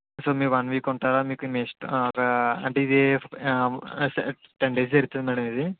so మీరు one week ఉంటారా మీకు మీ ఇష్టం అంటే ఇది టెన్ డేస్ జరుగుతది మ్యాడమ్ ఇది